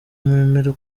wemera